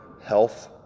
health